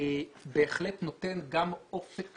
בהחלט נותן גם אופק